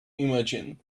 imagine